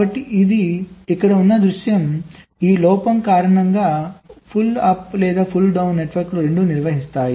కాబట్టి ఇది ఇక్కడ ఉన్న దృశ్యం ఈ లోపం కారణంగా పుల్ అప్ మరియు పుల్ డౌన్ నెట్వర్క్లు రెండూ నిర్వహిస్తాయి